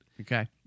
Okay